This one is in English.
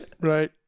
right